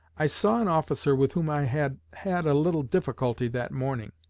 i saw an officer with whom i had had a little difficulty that morning.